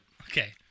Okay